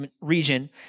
region